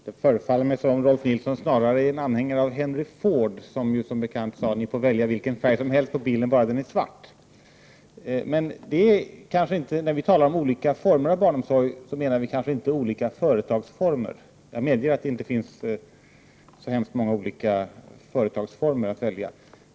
Herr talman! Det förefaller mig som om Rolf Nilson snarare är anhängare av Henry Ford som ju som bekant sade: Ni får välja vilken färg som helst på bilen bara den är svart. Men när vi talar om olika former av barnomsorg menar vi kanske inte olika företagsformer. Jag medger att det inte finns så många olika företagsformer att välja på.